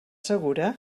segura